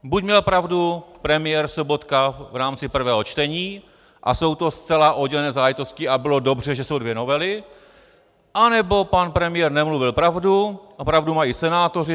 Buď měl pravdu premiér Sobotka v rámci prvého čtení a jsou to zcela oddělené záležitosti a bylo dobře, že jsou dvě novely, anebo pan premiér nemluvil pravdu a pravdu mají senátoři.